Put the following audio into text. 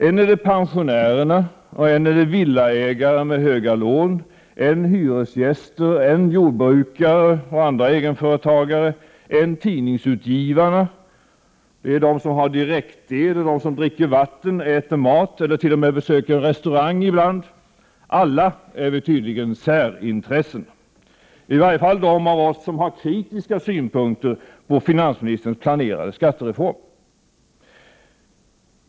Än är det pensionärerna, än villaägare med höga lån, än hyresgäster, än jordbrukare och andra egenföretagare, än tidningsutgivarna, än är det de som har direktel, dricker vatten, äter mat, eller t.o.m. besöker restaurang ibland — alla är vi tydligen särintressen, i varje fall de av oss som har kritiska synpunkter på finansministerns planerade skattereform.